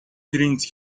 پرینت